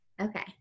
Okay